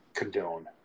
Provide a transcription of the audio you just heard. Condone